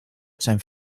zijn